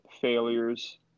failures